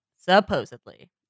supposedly